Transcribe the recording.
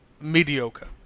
Mediocre